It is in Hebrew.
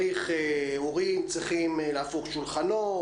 הורים צריכים להפוך שולחנות,